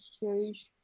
huge